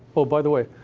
oh, by the way,